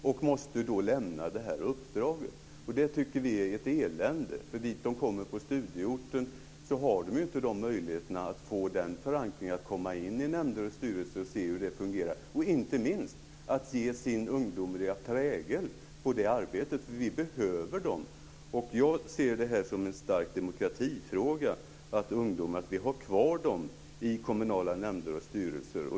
Då måste de lämna sitt uppdrag, och det är ett elände. På studieorten har de inte möjlighet att få den förankring som gör att de kan komma med i styrelser och nämnder för att se hur dessa fungerar och inte minst för att kunna sätta sin ungdomliga prägel på arbetet, för det behövs verkligen. Jag ser det som en demokratifråga att ungdomar ska finnas kvar i kommunala nämnder och styrelser.